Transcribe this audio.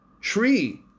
tree